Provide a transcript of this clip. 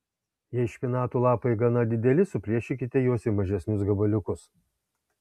jei špinatų lapai gana dideli suplėšykite juos į mažesnius gabaliukus